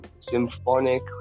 symphonic